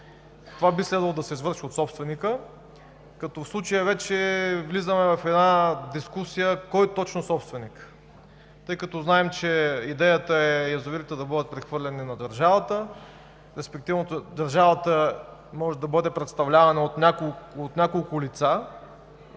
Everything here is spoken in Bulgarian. Това би следвало да се извърши от собственика, като в случая вече влизаме в една дискусия – кой точно собственик. Тъй като знаем, че идеята е язовирите да бъдат прехвърлени на държавата, респективно държавата може да бъде представлявана от няколко лица.